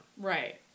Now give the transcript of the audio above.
right